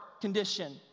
condition